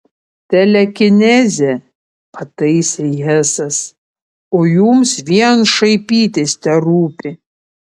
telekinezė pataisė hesas o jums vien šaipytis terūpi